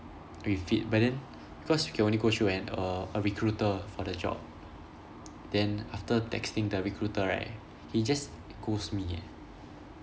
with it but then because you can only go through an a a recruiter for the job then after texting the recruiter right he just ghosts me eh